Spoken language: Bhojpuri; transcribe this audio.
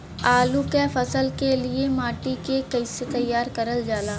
आलू क फसल के लिए माटी के कैसे तैयार करल जाला?